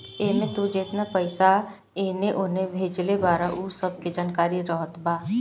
एमे तू जेतना पईसा एने ओने भेजले बारअ उ सब के जानकारी रहत बा